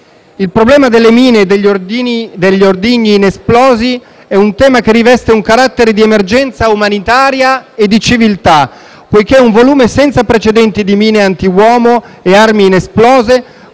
Il problema delle mine e degli ordigni inesplosi è un tema che riveste un carattere di emergenza umanitaria e di civiltà, poiché un volume senza precedenti di mine antiuomo e armi inesplose